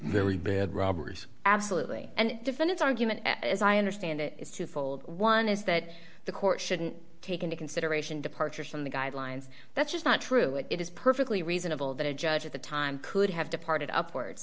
very bad robbers absolutely and defendants argument as i understand it is twofold one is that the court shouldn't take into consideration departures from the guidelines that's just not true it is perfectly reasonable that a judge at the time could have departed upward